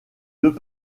deux